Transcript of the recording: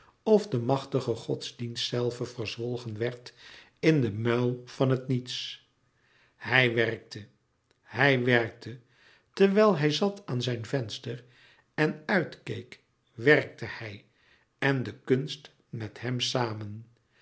of de machtige godsdienst zelve verzwolgen werd in den muil van het niets hij hij werkte terwijl hij zat aan zijn venster en uitkeek werkte hij en de kunst met hem samen